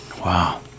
Wow